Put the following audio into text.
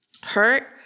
hurt